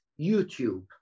youtube